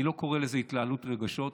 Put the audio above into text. אני לא קורא לזה התלהמות רגשות.